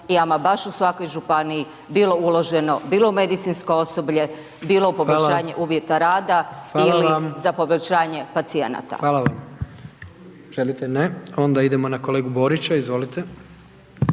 i ama baš u svakoj županiji bilo uloženo, bilo u medicinsko osoblje, bilo u poboljšanje uvjeta rada …/Upadica: Hvala./… ili za poboljšanje pacijenata. **Jandroković, Gordan (HDZ)** Hvala vam. Želite? Ne. Onda idemo na kolegu Borića. Izvolite.